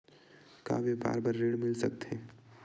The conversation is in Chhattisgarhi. का व्यापार बर ऋण मिल सकथे?